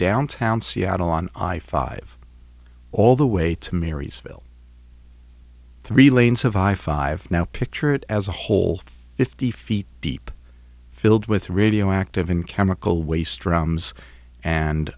downtown seattle on i five all the way to marysville three lanes of i five now pictured as a whole fifty feet deep filled with radioactive and chemical waste drums and